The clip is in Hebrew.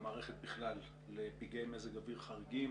המקומיות והמערכת בכלל לפגעי מזג אוויר חריגים